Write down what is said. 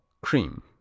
cream